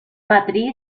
matriz